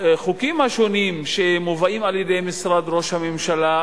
החוקים השונים שמובאים על-ידי משרד ראש הממשלה,